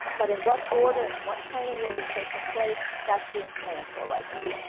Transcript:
but in what order and what training will be taking place that's being planned for right now.